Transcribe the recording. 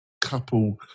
couple